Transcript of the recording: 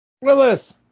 Willis